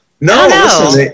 no